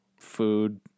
food